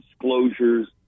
disclosures